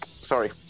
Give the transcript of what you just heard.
Sorry